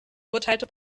urteilte